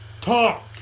Talk